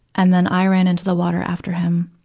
and then i ran into the water after him.